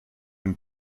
und